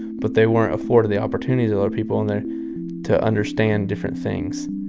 but they weren't afforded the opportunities of other people and they're to understand different things.